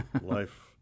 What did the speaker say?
life